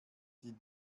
die